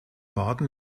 baden